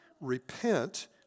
repent